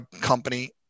company